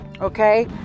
okay